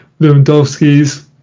Lewandowski's